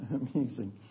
amazing